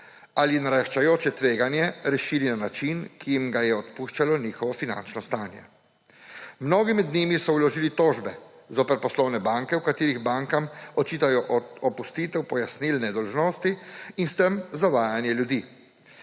ali naraščajoče tveganje rešili na način, ki jim ga je odpuščalo njihovo finančno stanje. Mnogi med njimi so vložili tožbe zoper poslovne banke, v katerih bankam očitajo opustitev pojasnilne dolžnosti in s tem zavajanje ljudi.